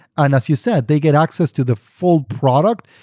and as you said, they get access to the full product,